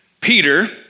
Peter